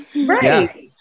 Right